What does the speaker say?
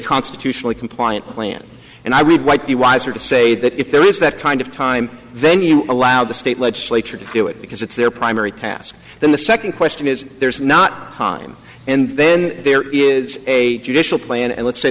constitutionally compliant plan and i read might be wiser to say that if there is that kind of time then you allow the state legislature to do it because it's their primary task then the second question is there's not time and then there is a judicial plan and let's say